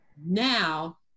Now